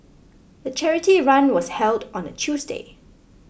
the charity run was held on a Tuesday